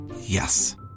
Yes